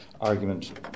argument